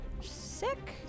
Sick